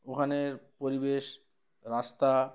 ওখানের পরিবেশ রাস্তা